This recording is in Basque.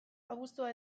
abuztua